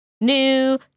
New